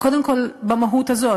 קודם כול במהות הזאת.